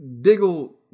Diggle